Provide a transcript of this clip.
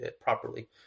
properly